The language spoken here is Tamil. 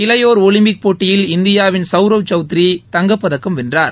இளையோர் ஒலிம்பிக் போட்டியில் இந்தியாவின் சௌரவ் சௌத்திரி தங்கப்பதக்கம் வென்றார்